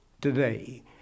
today